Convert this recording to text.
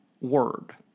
word